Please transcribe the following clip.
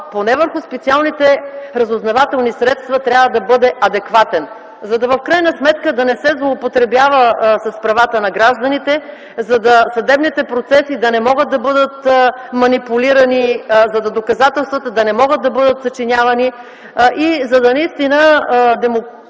поне върху специалните разузнавателни средства, трябва да бъде адекватен. В крайна сметка, за да не се злоупотребява с правата на гражданите, съдебните процеси да не могат да бъдат манипулирани, доказателствата да не могат да бъдат съчинявани, и наистина демократичните